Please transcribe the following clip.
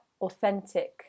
authentic